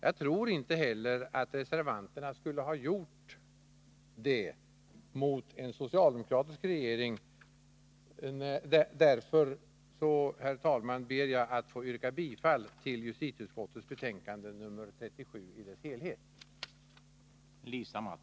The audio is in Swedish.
Jag tror inte heller att reservan terna skulle ha velat göra det mot en socialdemokratisk regering. Därför, herr talman, ber jag att få yrka bifall till justitieutskottets hemställan i betänkande nr 37 i dess helhet.